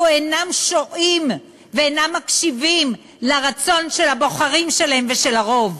אינם שועים ואינם מקשיבים לרצון של הבוחרים שלהם ושל הרוב.